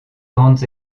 grandes